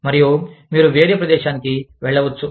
మరియు మీరు వేరే ప్రదేశానికి వెళ్ళవచ్చు